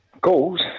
goals